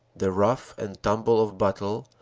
the rough and tumble of battle,